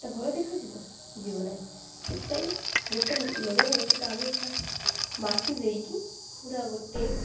ଟା ଭଲ ଦେଖାଯିବ ଯିବ ନାହିଁ ସେଥିପାଇଁ ଗୋଟେ ଲଗାଇବାର ଅଛି ତ ଆମେ ଫାର୍ଷ୍ଟ ମାଟିଟି ଦେଇକି ପୁରା ଗୋଟେ